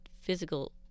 physical